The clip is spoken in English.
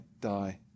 die